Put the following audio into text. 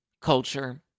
Culture